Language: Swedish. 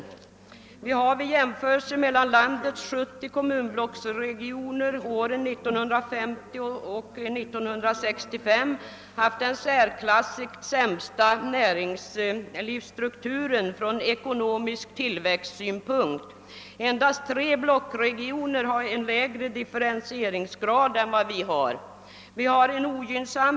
Boråsregionen har vid jämförelse mellan landets 70 kommunblocksregioner åren 1950 och 1965 uppvisat den särklassigt sämsta näringslivsstrukturen från ekonomisk tillväxtsynpunkt; endast tre blockregioner har en lägre differentieringsgrad.